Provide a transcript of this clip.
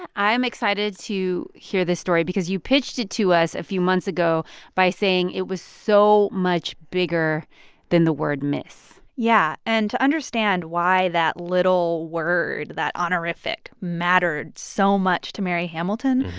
i'm excited to hear this story because you pitched it to us a few months ago by saying it was so much bigger than the word miss yeah. and to understand why that little word that honorific mattered so much to mary hamilton,